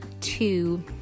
two